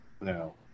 No